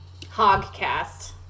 Hogcast